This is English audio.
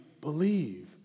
believe